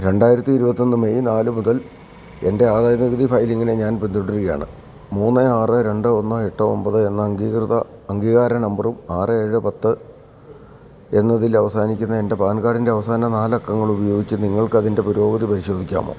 രണ്ടായിരത്തി ഇരുപത്തിയൊന്ന് മെയ് നാല് മുതൽ എൻ്റെ ആദായനികുതി ഫയലിംഗിനെ ഞാൻ പിന്തുടരുകയാണ് മൂന്ന് ആറ് രണ്ട് ഒന്ന് എട്ട് ഒമ്പത് എന്ന അംഗീകാര നമ്പറും ആറ് ഏഴ് പത്ത് എന്നതിൽ അവസാനിക്കുന്ന എൻ്റെ പാൻ കാർഡിൻ്റെ അവസാന നാലക്കങ്ങളും ഉപയോഗിച്ച് നിങ്ങൾക്ക് അതിൻ്റെ പുരോഗതി പരിശോധിക്കാമോ